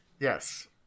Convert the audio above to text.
Yes